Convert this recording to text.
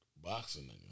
Boxing